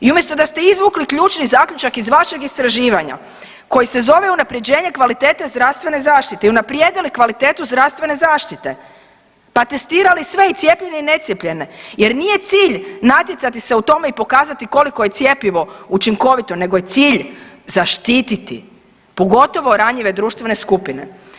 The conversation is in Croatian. I umjesto da ste izvukli ključni zaključak iz vašeg istraživanja koje se zove unapređenje kvalitete zdravstvene zaštite i unaprijedili kvalitetu zdravstvene zaštite, pa testirali sve i cijepljene i necijepljene jer nije cilj natjecati se u tome i pokazati koliko je cjepivo učinkovito nego je cilj zaštiti pogotovo ranjive društvene skupine.